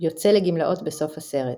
בסוף הסרט.